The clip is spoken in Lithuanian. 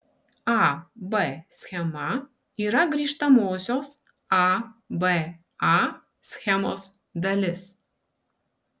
a b schema yra grįžtamosios a b a schemos dalis